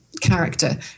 character